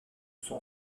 son